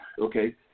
okay